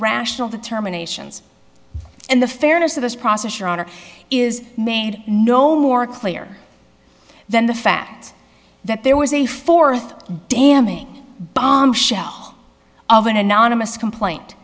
rational determinations and the fairness of this process your honor is made no more clear than the fact that there was a fourth damning bombshell of an anonymous complaint